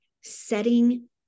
setting